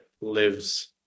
lives